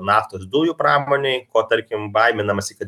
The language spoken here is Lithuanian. naftos dujų pramonei ko tarkim baiminamasi kad